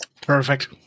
Perfect